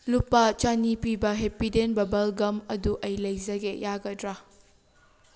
ꯂꯨꯄꯥ ꯆꯅꯤ ꯄꯤꯕ ꯍꯦꯄꯤꯗꯦꯟ ꯕꯕꯜ ꯒꯝ ꯑꯗꯨ ꯑꯩ ꯂꯩꯖꯒꯦ ꯌꯥꯒꯗ꯭ꯔꯥ